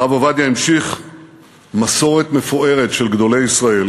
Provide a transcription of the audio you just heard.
הרב עובדיה המשיך מסורת מפוארת של גדולי ישראל